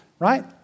right